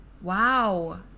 Wow